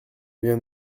vient